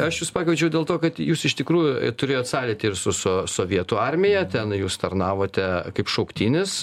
aš jus pakviečiau dėl to kad jūs iš tikrųjų turėjot sąlytį ir su su sovietų armija ten jūs tarnavote kaip šauktinis